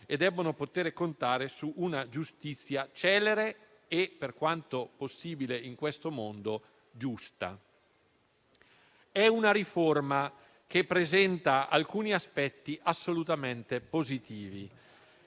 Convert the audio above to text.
e devono poter contare su una giustizia celere e - per quanto possibile in questo mondo - giusta. È una riforma che presenta alcuni aspetti assolutamente positivi.